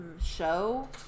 show